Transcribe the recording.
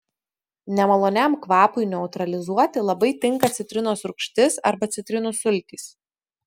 nemaloniam kvapui neutralizuoti labai tinka citrinos rūgštis arba citrinų sultys